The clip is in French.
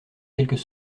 quelques